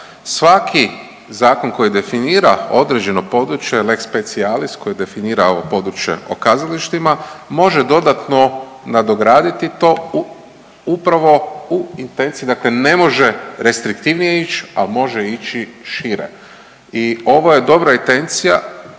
Svaki zakon koji definira određeno područje lex specialis, koji definira ovo područje o kazalištima može dodatno nadograditi to upravo u intenciji, dakle ne može restriktivnije ići, ali može ići šire. I ovo je dobra intencija